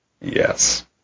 Yes